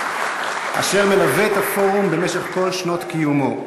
אשר מלווה את הפורום במשך כל שנות קיומו.